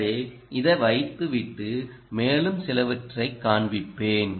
எனவே இதை வைத்து விட்டு மேலும் சிலவற்றைக் காண்பிப்பேன்